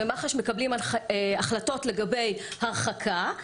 ומח"ש מקבלים החלטות לגבי הרחקה,